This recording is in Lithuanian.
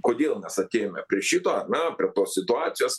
kodėl mes atėjome prie šito na prie tos situacijos